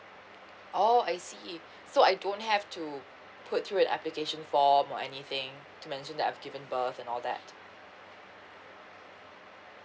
oh I see so I don't have to put through an application form or anything to mention that I've given birth and all that